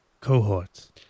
cohorts